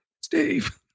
Steve